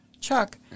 Chuck